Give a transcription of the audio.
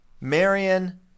Marion